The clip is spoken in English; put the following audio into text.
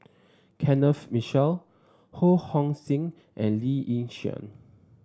Kenneth Mitchell Ho Hong Sing and Lee Yi Shyan